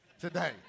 today